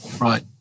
Right